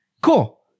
Cool